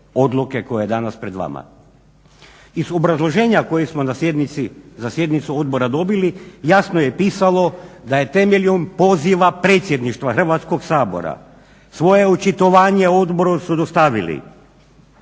Iz obrazloženja kojeg smo za sjednicu odbora dobili jasno je pisalo da je temeljem poziva Predsjedništva Hrvatskog sabora svoje očitovanje odboru su dostavili